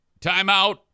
Timeout